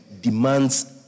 demands